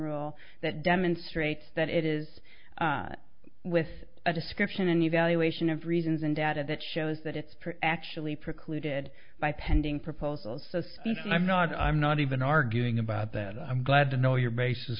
rule that demonstrates that it is with a description and evaluation of reasons and data that shows that it's actually precluded by pending proposals and i'm not i'm not even arguing about that i'm glad to know your basis